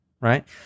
right